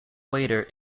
waiter